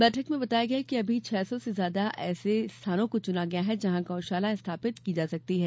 बैठक में बताया गया कि अभी छह सौ से ज्यादा ऐसे स्थानों को चुना गया है जहाँ गौ शाला स्थापित की जा सकती हैं